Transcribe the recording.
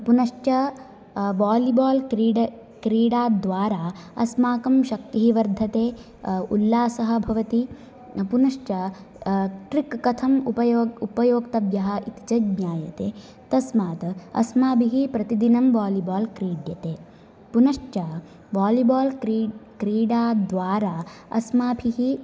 पुनश्च वालीबाल् क्रीडा क्रीडाद्वारा अस्माकं शक्तिः वर्धते उल्लासः भवति पुनश्च ट्रिक् कथम् उपयोक् उपयोक्तव्यः इति च ज्ञायते तस्मात् अस्माभिः प्रतिदिनं वालीबाल् क्रीड्यते पुनश्च वालीबाल् क्रीड् क्रीडाद्वारा अस्माभिः